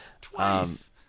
Twice